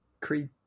Creed